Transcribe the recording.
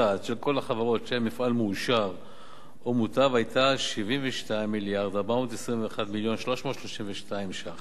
החברות שהן מפעל מאושר או מוטב היתה 72 מיליון ו-421,332 שקלים.